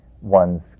one's